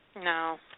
no